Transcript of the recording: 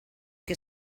que